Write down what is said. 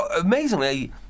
Amazingly